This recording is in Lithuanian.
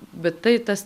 bet tai tas